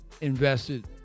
invested